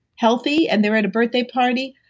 healthy, and they're at a birthday party,